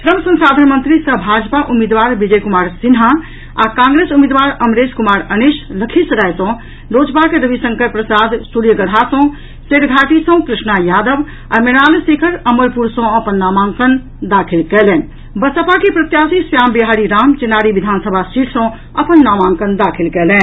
श्रम संसाधन मंत्री सह भाजपा उम्मीदवार विजय कुमार सिन्हा आ कांग्रेस उम्मीदवार अमरेश कुमार अनिश लखीसराय सँ लोजपाक रविशंकर प्रसाद सूर्यगढ़ा सँ शेरघाटी सँ कृष्णा यादव आ मृणाल शेखर अमरपुर सँ अपन नामांकन दाखिल कयलनि ओतहि बसपा के प्रत्याशी श्याम बिहारी राम चेनारी विधानसभा सीट सँ अपन नामांकन दाखिल कयलनि